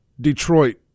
Detroit